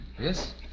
Yes